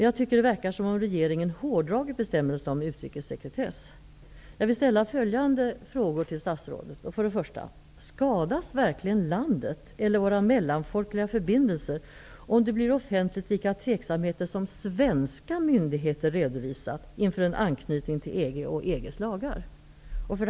Jag tycker att det verkar som om regeringen har hårddragit bestämmelserna om utrikessekretess. Jag vill ställa följande frågor till statsrådet: Skadas verkligen landet eller våra mellanfolkliga förbindelser om det blir offentligt vilka tveksamheter som svenska myndigheter redovisat inför en anknytning till EG och EG:s lagar?